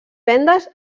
vendes